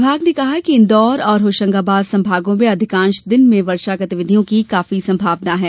विभाग ने कहा है कि प्रदेश के इंदौर और होशंगाबाद संभागों में अधिकांश दिन में वर्षा गतिविधियों की काफी संभावना है